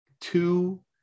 Two